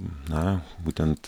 na būtent